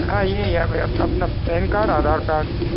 हाँ ये याद रहे अपना अपना पैन कार्ड आधार कार्ड